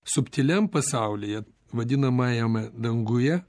subtiliam pasaulyje vadinamajame danguje